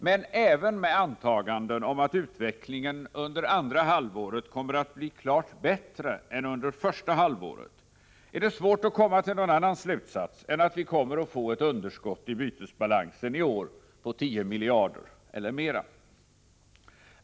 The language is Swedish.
Men även med antaganden om att utvecklingen under andra halvåret kommer att bli bättre än under första halvåret, är det svårt att komma till någon annan slutsats än att vi kommer att få ett underskott i bytesbalansen i år på 10 miljarder eller mera.